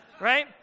right